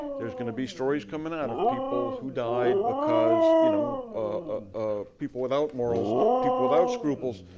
there's gonna be stories coming out of people who died because you know ah people without morals, people without scruples,